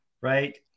right